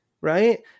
right